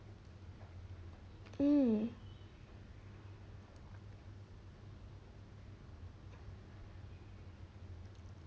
mm